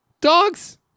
Dogs